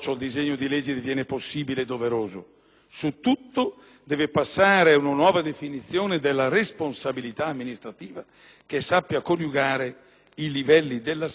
su tutto deve passare una nuova definizione della responsabilità amministrativa che sappia coniugare i livelli della spesa con l'autonomia dell'entrata.